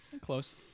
Close